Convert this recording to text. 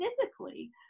physically